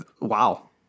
wow